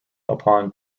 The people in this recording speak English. upon